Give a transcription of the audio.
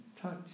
touch